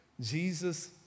Jesus